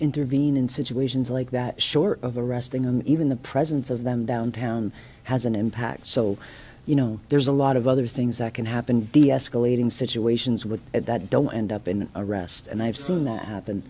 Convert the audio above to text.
intervene in situations like that short of a resting on even the presence of them downtown has an impact so you know there's a lot of other things that can happen deescalating situations with that don't end up in arrest and i've seen that happen